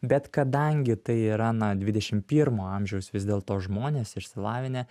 bet kadangi tai yra na dvidešimt pirmo amžiaus vis dėlto žmonės išsilavinę